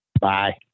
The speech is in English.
Bye